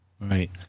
right